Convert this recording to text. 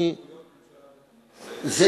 סמכויות הממשלה והכנסת.